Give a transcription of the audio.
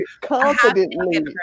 confidently